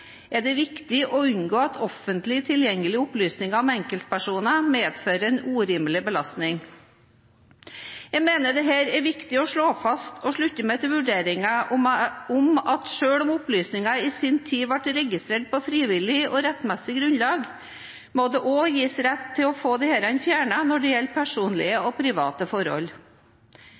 er det viktig å unngå at offentlig tilgjengelige opplysninger om enkeltpersoner medfører en urimelig belastning.» Jeg mener at dette er viktig å slå fast, og slutter meg til vurderingene om at selv om opplysninger i sin tid ble registrert på frivillig og rettmessig grunnlag, må det også gis rett til å få dem fjernet når det gjelder personlige